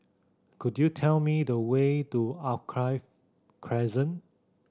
could you tell me the way to Alkaff Crescent